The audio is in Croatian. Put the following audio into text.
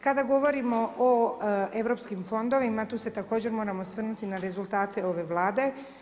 Kada govorimo o europskim fondovima, tu se također moram osvrnuti na rezultate ove Vlade.